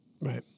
Right